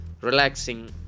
relaxing